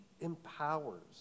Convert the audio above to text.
empowers